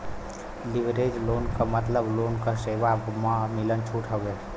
leverage loan क मतलब loan क सेवा म मिलल छूट हउवे